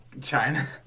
China